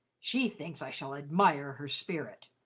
she thinks i shall admire her spirit.